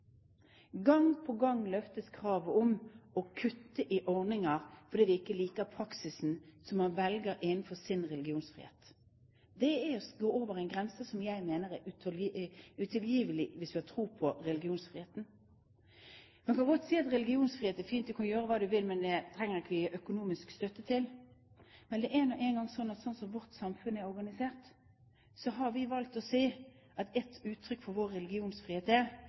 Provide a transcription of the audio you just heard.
Gang på gang løftes kravet om å kutte i ordninger fordi vi ikke liker praksisen man velger innenfor sin religionsfrihet. Det er å trå over en grense som jeg mener er utilgivelig, hvis vi tror på religionsfriheten. Man kan godt si at religionsfrihet er fint, du kan gjøre hva du vil, men det er ikke noe vi trenger å gi økonomisk støtte til. Men det er nå en gang slik at sånn som vårt samfunn er organisert, har vi valgt å si at ett uttrykk for vår religionsfrihet er